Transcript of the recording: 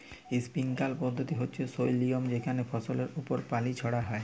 sprinkler পদ্ধতি হচ্যে সই লিয়ম যেখানে ফসলের ওপর পানি ছড়ান হয়